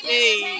Hey